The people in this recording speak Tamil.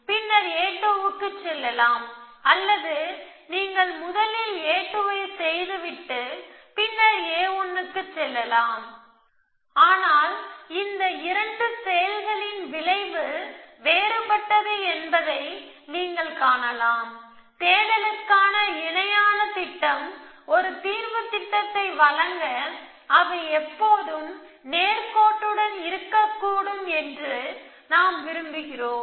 பின்னர் a2 க்கு செல்லலாம் அல்லது நீங்கள் முதலில் a2 ஐ செய்துவிட்டு பின்னர் a1 க்கு செல்லலாம் ஆனால் இந்த 2 செயல்களின் விளைவு வேறுபட்டது என்பதை நீங்கள் காணலாம் தேடலுக்கான இணையான திட்டம் ஒரு தீர்வுத் திட்டத்தை வழங்க அவை எப்போதும் நேர்கோட்டுடன் இருக்கக்கூடும் என்று நாம் விரும்புகிறோம்